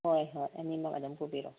ꯍꯣꯏ ꯍꯣꯏ ꯑꯅꯤꯃꯛ ꯑꯗꯨꯝ ꯄꯨꯕꯤꯔꯣ